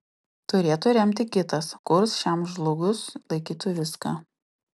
turėtų remti kitas kurs šiam žlugus laikytų viską